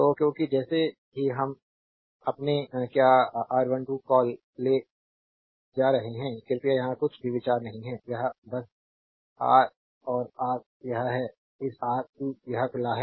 तो क्योंकि जैसे ही हम अपने क्या R12 कॉल ले जा रहे हैं कृपया यहां कुछ भी विचार नहीं है यह बस रा और आर यह है इस आर सी यह खुला है